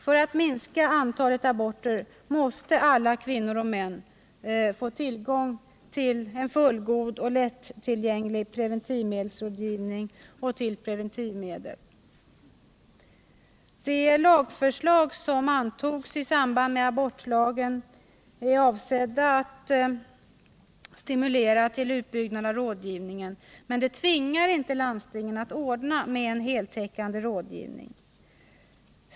För att minska antalet aborter måste alla kvinnor och män få tillgång till en fullgod och lättillgänglig preventivmedelsrådgivning och till preventivmedel. De lagförslag som antogs i samband med abortlagen är avsedda att stimulera till utbyggnad av rådgivningen, men de tvingar inte landstingen att ordna med en heltäckande rådgivning.